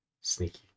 Sneaky